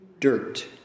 dirt